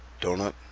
Donut